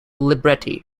libretti